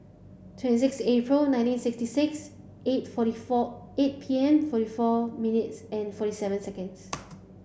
twenty six April nineteen sixty six eight forty four eight P M forty four minutes and forty seven seconds